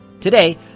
Today